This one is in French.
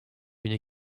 une